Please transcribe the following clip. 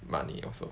money also